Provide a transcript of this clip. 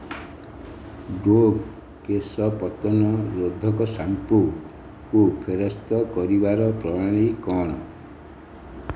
Dove କେଶ ପତନ ରୋଧକ ସାମ୍ପୁକୁ ଫେରସ୍ତ କରିବାର ପ୍ରଣାଳୀ କ'ଣ